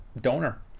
donor